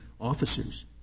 officers